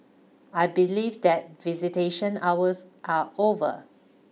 I believe that visitation hours are over